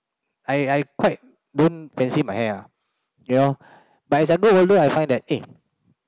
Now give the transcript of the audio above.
I I quite don't fancy my hair ah you know but as I grow older I find that eh